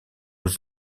aux